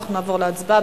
לפיכך נעבור להצבעה.